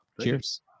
Cheers